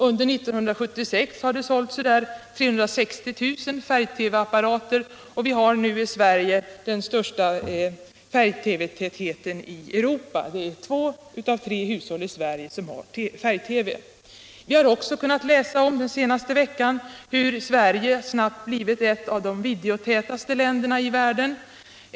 Under 1976 har det sålts ca 360 000 färg-TV-apparater, och vi har nu i Sverige den högsta färg-TV-tätheten i Europa. Två av tre hushåll i Sverige har färg-TV. Vi har också den senaste veckan kunnat läsa om att Sverige snabbt blivit ett av de videotätaste länderna i världen.